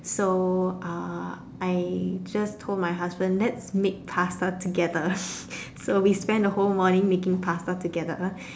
so uh I just told my husband let's make pasta together so we spent the whole morning making pasta together